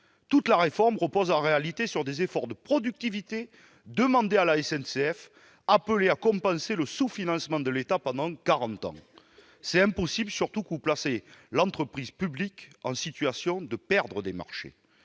Toute la réforme repose en réalité sur des efforts de productivité demandés à la SNCF, appelés à compenser le sous-financement de l'État pendant quarante ans. C'est impossible, d'autant que vous placez l'entreprise publique en situation de perdre des marchés.